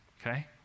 Okay